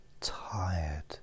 tired